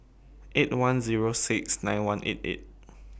eight one Zero six nine one eight eight